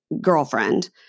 girlfriend